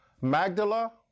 Magdala